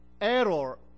error